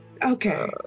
Okay